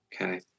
Okay